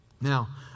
Now